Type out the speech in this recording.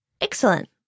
Excellent